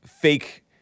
fake